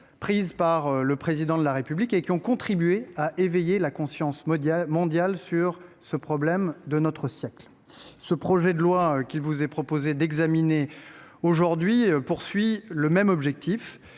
prises par le Président de la République, et qui ont contribué à éveiller la conscience mondiale sur ce problème de notre siècle. Le projet de loi que vous allez examiner aujourd’hui a le même objectif,